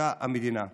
הושתתה המדינה.